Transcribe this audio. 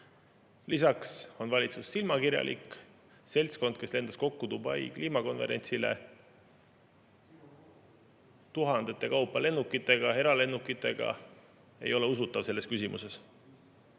Lisaks on valitsus silmakirjalik. Seltskond, kes lendas kokku Dubai kliimakonverentsile tuhandete kaupa lennukitega, eralennukitega, ei ole usutav selles küsimuses.